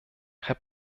herr